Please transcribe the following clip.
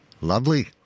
Lovely